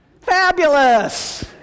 Fabulous